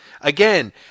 again